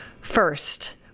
first